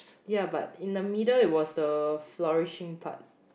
ya but in the middle it was the flourishing part